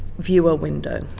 viewer window.